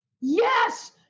yes